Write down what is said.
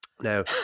Now